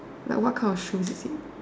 like what kind of shoes is it